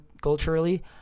culturally